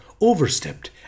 overstepped